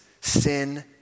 Sin